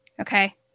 Okay